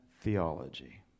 theology